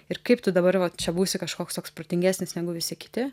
ir kaip tu dabar va čia būsi kažkoks toks protingesnis negu visi kiti